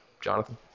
Jonathan